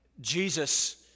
Jesus